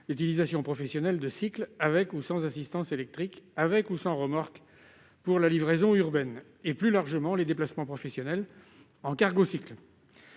l'utilisation professionnelle de cycles avec ou sans assistance électrique, avec ou sans remorque, pour la livraison urbaine, et, plus largement, pour les déplacements professionnels. L'Ademe